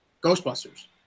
ghostbusters